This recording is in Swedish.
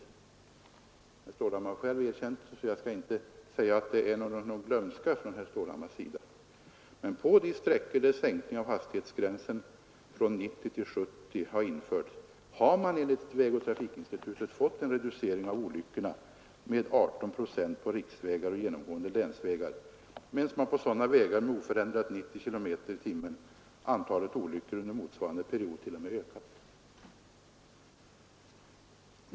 Herr Stålhammar har själv erkänt det, varför jag inte skall säga att det är någon glömska från herr Stålhammars sida, men på de sträckor där hastighetsgränsen sänkts från 90 till 70 har man enligt vägoch trafikinstitutet fått en reducering av olyckorna med 18 procent på riksvägar och genomgående länsvägar, medan på vägar med oförändrad hastighetsgräns på 90 km/tim antalet olyckor under motsvarande period t.o.m. ökat.